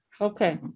Okay